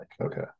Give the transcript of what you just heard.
Okay